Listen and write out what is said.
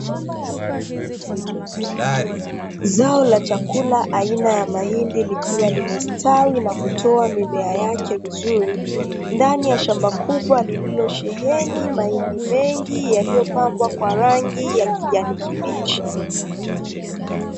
Zao la chakula aina ya mahindi likiwa limestawi na kutoa mimea yake vizuri ndani ya shamba kubwa liliosheheni mahindi mengi, yaliyopambwa kwa rangi ya kijani kibichi.